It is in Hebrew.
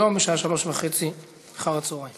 היום בשעה 15:30. (הישיבה נפסקה בשעה 13:53 ונתחדשה בשעה